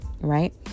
right